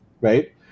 right